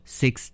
six